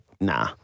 nah